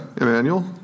Emmanuel